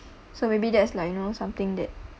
so maybe that's like you know something that